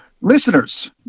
Listeners